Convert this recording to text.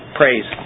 praise